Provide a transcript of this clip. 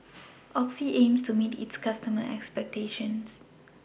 Oxy aims to meet its customers' expectations